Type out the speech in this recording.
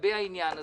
נעניתי